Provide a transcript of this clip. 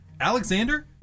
Alexander